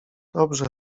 dobrze